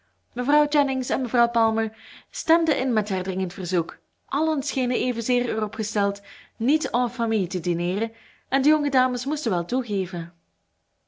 mevrouw jennings en mevrouw palmer stemden in met haar dringend verzoek allen schenen evenzeer erop gesteld niet en famille te dineeren en de jonge dames moesten wel toegeven